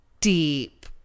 deep